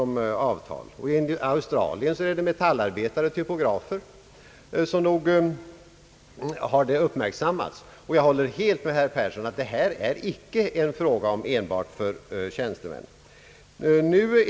I Australien gäller samma för metallarbetare och typografer. Så nog har detta uppmärksammats. Jag håller helt med herr Persson om att detta icke enbart är en fråga för tjänstemännen.